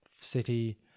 city